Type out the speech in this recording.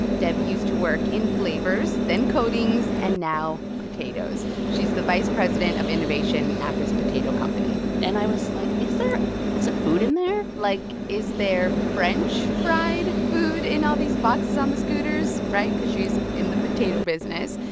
deb used to work in flavors, then coatings and now potatoes. she's the vice president of innovation at this potato company and i was like, is there is there food in there? like, is there french-fried food in all these boxes on the scooters right? because she's in the potato business.